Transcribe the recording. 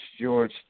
George